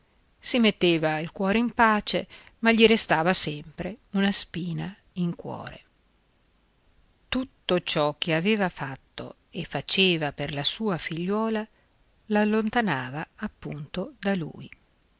si metteva il cuore in pace ma gli restava sempre una spina in cuore tutto ciò che aveva fatto e faceva per la sua figliuola l'allontanava appunto da lui